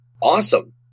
Awesome